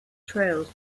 trails